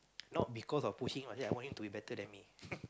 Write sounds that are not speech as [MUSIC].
not because of pushing I say I want him to be better than me [LAUGHS]